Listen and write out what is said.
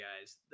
guys